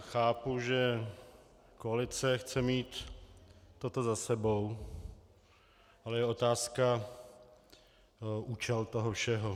Chápu, že koalice chce mít toto za sebou, ale je otázka účel toho všeho.